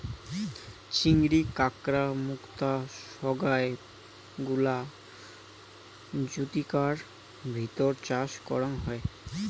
চিংড়ি, কাঁকড়া, মুক্তা সোগায় গুলা জুচিকার ভিতর চাষ করাং হই